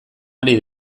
ari